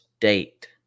date